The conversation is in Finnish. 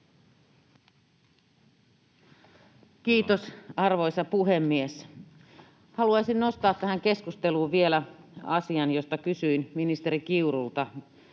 Kiitos, arvoisa puhemies! Haluaisin nostaa tähän keskusteluun vielä asian, josta kysyin ministeri Kiurulta